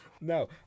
No